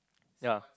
ya